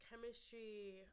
Chemistry